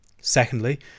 Secondly